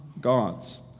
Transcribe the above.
gods